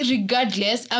Regardless